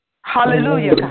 hallelujah